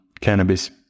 cannabis